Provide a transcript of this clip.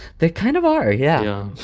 they kind of are. yeah